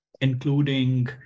including